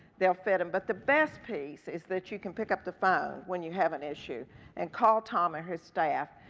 they'll fit em, but the best piece is that you can pick up the phone when you have an issue and call tom and ah his staff,